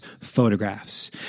photographs